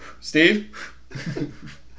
Steve